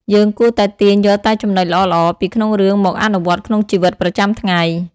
យើងគួរតែទាញយកតែចំណុចល្អៗពីក្នុងរឿងមកអនុវត្តក្នុងជីវិតប្រចាំថ្ងៃ។